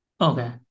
Okay